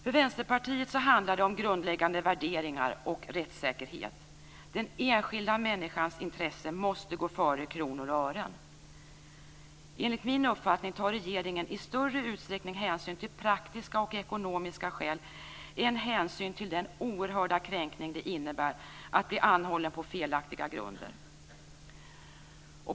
För Vänsterpartiet handlar det om grundläggande värderingar och rättssäkerhet. Den enskilda människans intresse måste gå före kronor och ören. Enligt min uppfattning tar regeringen i större utsträckning hänsyn till praktiska och ekonomiska skäl än till den oerhörda kränkning som det innebär att bli anhållen på felaktiga grunder.